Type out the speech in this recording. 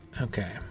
Okay